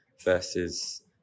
versus